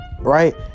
right